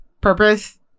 purpose